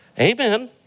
Amen